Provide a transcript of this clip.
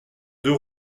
deux